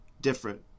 different